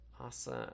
Awesome